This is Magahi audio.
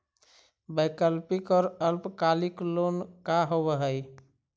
वैकल्पिक और अल्पकालिक लोन का होव हइ?